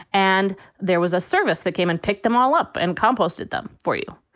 and there was a service that came and picked them all up and composted them for you.